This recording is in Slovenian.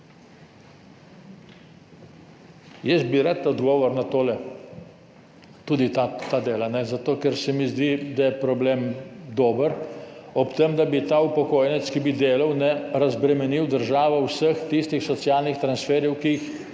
Jaz bi rad odgovor na tole, tudi na ta del, zato ker se mi zdi, da je problem dober, ob tem, da bi ta upokojenec, ki bi delal, razbremenil državo vseh tistih socialnih transferjev, ki jih